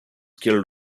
killed